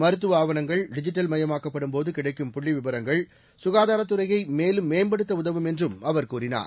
மருத்துவ ஆவணங்கள் டிஜிட்டல் மயமாக்கப்படும்போது கிடைக்கும் புள்ளி விவரங்கள் சுகாதாரத் துறையை மேலும் மேம்படுத்த உதவும் என்றும் அவர் கூறினார்